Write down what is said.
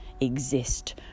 exist